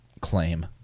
claim